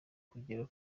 kugera